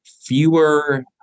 fewer